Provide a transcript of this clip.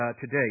today